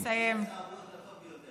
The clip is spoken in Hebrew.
--- שר בריאות הטוב ביותר.